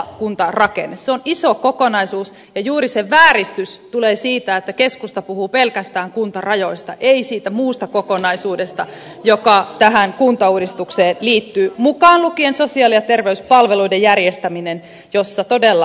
se on iso kokonaisuus ja juuri se vääristys tulee siitä että keskusta puhuu pelkästään kuntarajoista ei siitä muusta kokonaisuudesta joka tähän kuntauudistukseen liittyy mukaan lukien sosiaali ja terveyspalveluiden järjestäminen jossa todella tarvitaan uudistusta